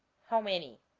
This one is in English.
how many